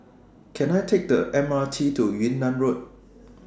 Can I Take The M R T to Yunnan Road